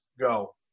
go